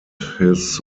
his